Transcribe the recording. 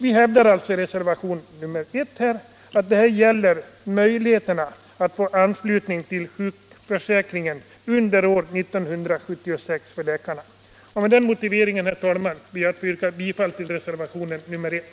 Vi hävdar alltså i reservationen 1 att det här gäller privatläkarnas möjligheter att få anslutning till sjukförsäkringen under 1976. Med den motiveringen ber jag, herr talman, att få yrka bifall till reservationen 1.